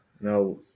No